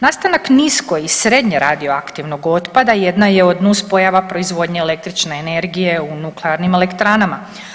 Nastanak nisko i srednjeradioaktivnog otpada jedna je od nus proizvoda proizvodnje električne energije u nuklearnim elektranama.